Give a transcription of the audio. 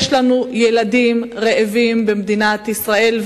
יש לנו ילדים רעבים במדינת ישראל,